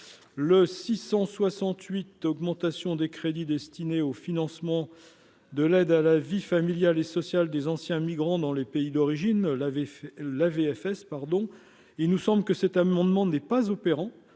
le 668 augmentation des crédits destinés au financement de l'aide à la vie familiale et sociale des anciens migrants dans les pays d'origine, l'avait fait la FS, pardon, il nous semble que cet amendement n'est pas opérants,